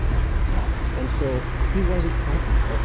yeah and so, he wasn't happy.